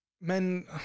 men